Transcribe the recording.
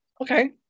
Okay